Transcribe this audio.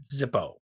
Zippo